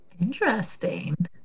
Interesting